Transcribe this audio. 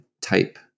type